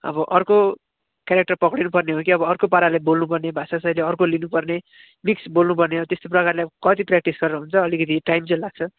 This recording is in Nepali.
अब अर्को क्यारेक्टर पक्रिनुपर्ने हो कि अर्को पारा बोल्नुपर्ने भाषाशैली अर्को लिनुपर्ने मिक्स बोल्नुपर्ने त्यस्तो प्रकारले अब कति प्राक्टिस गरेर हुन्छ अलिकति टाइम चाहिँ लाग्छ